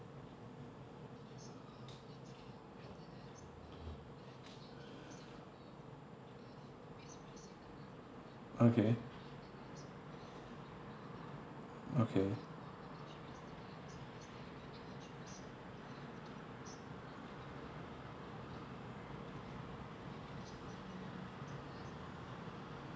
okay okay